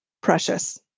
precious